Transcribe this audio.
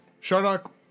Shardock